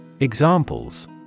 Examples